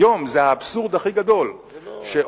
היום זה האבסורד הכי גדול שאותם,